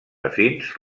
afins